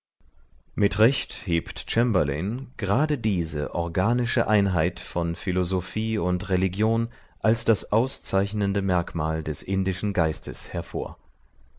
mit recht hebt chamberlain gerade diese organische einheit von philosophie und religion als das auszeichnende merkmal des indischen geistes hervor